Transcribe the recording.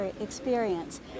experience